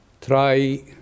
try